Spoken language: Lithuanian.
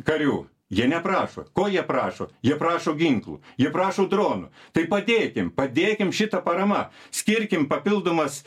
karių jie neprašo ko jie prašo jie prašo ginklų jie prašo dronų tai padėkim padėkim šita parama skirkim papildomas